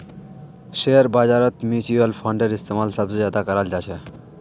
share बाजारत mutual फंडेर इस्तेमाल सबसे ज्यादा कराल जा छे